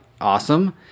awesome